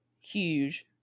huge